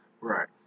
Right